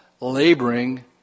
laboring